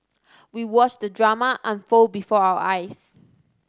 we watched the drama unfold before our eyes